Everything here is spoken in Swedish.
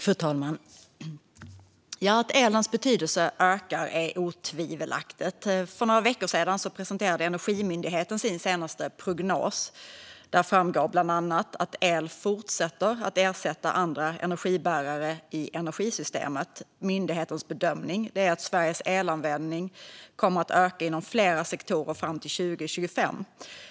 Fru talman! Att elens betydelse ökar är otvivelaktigt. För några veckor sedan presenterade Energimyndigheten sin senaste prognos. Där framgår bland annat att el fortsätter att ersätta andra energibärare i energisystemet. Myndighetens bedömning är att Sveriges elanvändning kommer att öka inom flera sektorer fram till 2025.